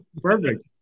Perfect